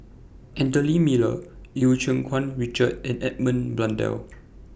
Anthony Miller EU Keng Mun Richard and Edmund Blundell